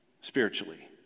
spiritually